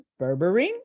berberine